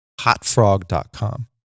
hotfrog.com